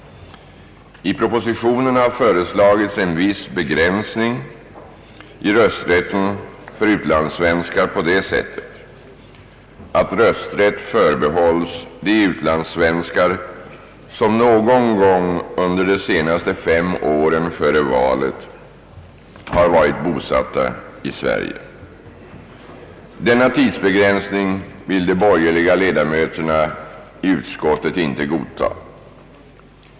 I propositionen har, som vi hörde, föreslagits en viss begränsning i rösträtten för utlandssvenskar på det sättet att rösträtt förbehålls dem som någon gång under de senaste fem åren före valet varit bosatta i Sverige. Denna tidsbegränsning vill de borgerliga ledamöterna i konstitutionsutskottet inte godta.